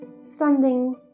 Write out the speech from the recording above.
standing